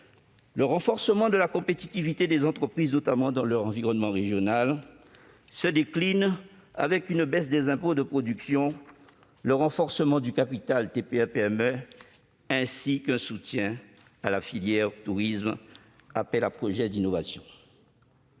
Le renforcement de la compétitivité des entreprises, notamment dans leur environnement régional, se décline avec une baisse des impôts de production, avec l'amélioration du capital des TPE-PME et avec le soutien à la filière tourisme-appel à projets d'innovation.